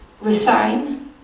resign